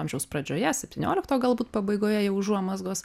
amžiaus pradžioje setpymiolikto galbūt pabaigoje jau užuomazgos